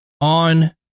on